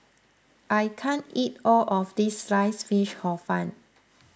I can't eat all of this Sliced Fish Hor Fun